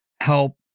help